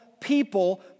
people